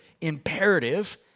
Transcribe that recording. imperative